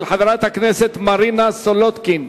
של חברת הכנסת מרינה סולודקין.